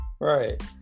Right